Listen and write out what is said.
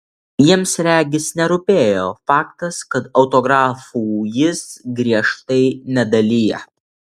jiems regis nerūpėjo faktas kad autografų jis griežtai nedalija